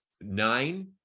nine